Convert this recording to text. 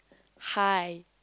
hi